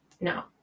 No